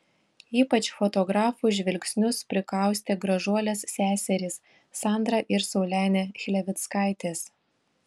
ypač fotografų žvilgsnius prikaustė gražuolės seserys sandra ir saulenė chlevickaitės